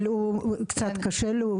אבל קצת קשה לו,